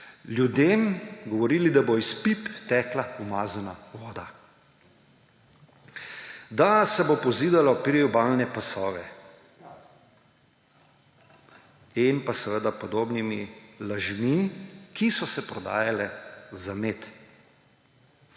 ljudem govorili, da bo iz pip tekla umazana voda, da se bo pozidalo priobalne pasove in seveda podobnimi lažmi, ki so se prodajale za med.